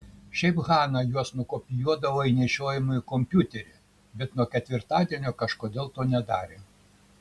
šiaip hana juos nukopijuodavo į nešiojamąjį kompiuterį bet nuo ketvirtadienio kažkodėl to nedarė